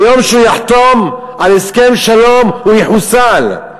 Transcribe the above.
ביום שהוא יחתום על הסכם שלום הוא יחוסל.